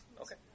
Okay